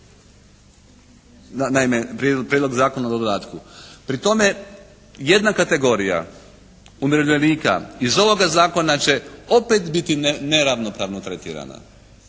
naime prijedlog Zakona o dodatku. Pri tome jedna kategorija umirovljenika iz ovoga zakona će opet biti neravnopravno tretirana.